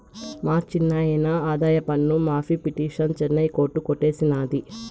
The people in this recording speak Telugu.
మా చిన్నాయిన ఆదాయపన్ను మాఫీ పిటిసన్ చెన్నై హైకోర్టు కొట్టేసినాది